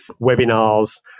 webinars